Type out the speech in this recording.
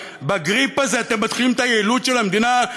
בגריפ הזה אתם מתחילים את היעילות של המדינה?